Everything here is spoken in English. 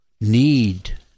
need